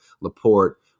Laporte